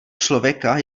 člověka